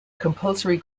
compulsory